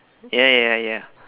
ya ya ya